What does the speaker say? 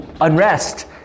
unrest